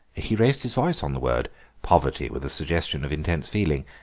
he raised his voice on the word poverty with a suggestion of intense feeling.